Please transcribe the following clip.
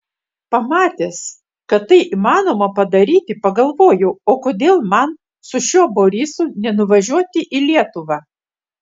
pamatęs kad tai įmanoma padaryti pagalvojau o kodėl man su šiuo borisu nenuvažiuoti į lietuvą